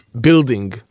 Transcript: building